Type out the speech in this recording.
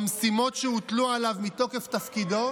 במשימות שהוטלו עליו מתוקף תפקידו,